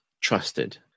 trusted